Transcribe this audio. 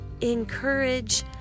Encourage